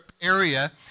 area